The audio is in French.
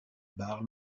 bar